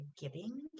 giving